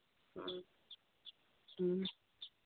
ꯎꯝ ꯎꯝ